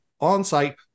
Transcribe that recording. on-site